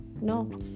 no